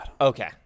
okay